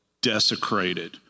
desecrated